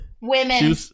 women